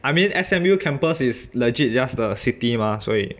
I mean S_M_U campus is legit just the city mah 所以